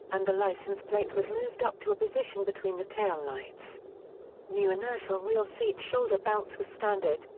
and the license plate was moved up to a position between the taillights. new inertial-reel seat shoulder belts were standard,